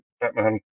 Batman